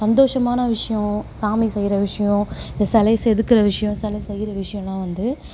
சந்தோஷமான விஷயோம் சாமி செய்கிற விஷயோம் சிலை செதுக்கிற விஷயோம் செலை செய்கிற விஷயோலாம் வந்து